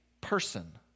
person